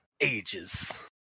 ages